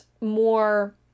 more